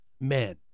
men